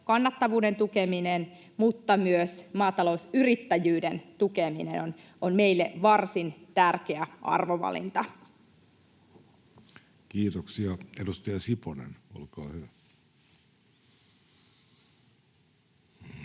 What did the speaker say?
kannattavuuden tukeminen mutta myös maatalousyrittäjyyden tukeminen on meille varsin tärkeä arvovalinta. Kiitoksia. — Edustaja Siponen, olkaa hyvä.